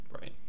right